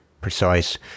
precise